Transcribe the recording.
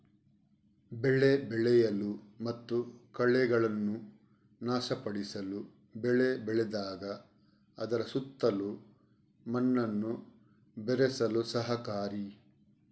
ಬೆಳೆ ಬೆಳೆಯಲು ಮತ್ತು ಕಳೆಗಳನ್ನು ನಾಶಪಡಿಸಲು ಬೆಳೆ ಬೆಳೆದಾಗ ಅದರ ಸುತ್ತಲೂ ಮಣ್ಣನ್ನು ಬೆರೆಸಲು ಸಹಕಾರಿ